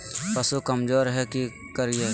पशु कमज़ोर है कि करिये?